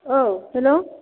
औ हेलौ